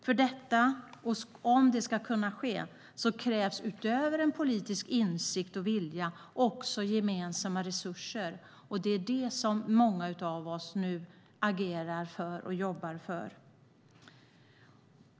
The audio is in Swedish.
För att detta ska kunna ske krävs utöver en politisk insikt och vilja gemensamma resurser. Det är det som många av oss nu jobbar för.